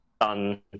done